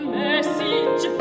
message